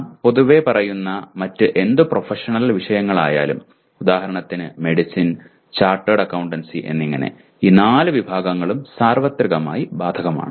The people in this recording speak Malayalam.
നാം പൊതുവെ പറയുന്ന മറ്റ് എന്തു പ്രൊഫഷണൽ വിഷയങ്ങൾ ആയാലും ഉദാഹരണത്തിന് മെഡിസിൻ ചാർട്ടേഡ് അക്കൌണ്ടൻസി എന്നിങ്ങനെ ഈ നാല് വിഭാഗങ്ങളും സാർവത്രികമായി ബാധകമാണ്